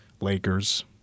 Lakers